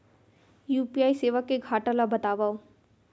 UPI सेवा के घाटा ल बतावव?